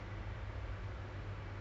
mm